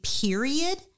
period